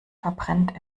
verbrennt